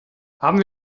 haben